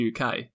UK